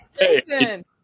Jason